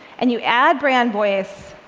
and you add brand voice,